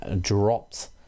dropped